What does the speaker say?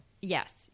yes